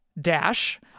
Dash